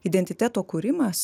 identiteto kūrimas